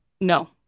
No